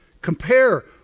Compare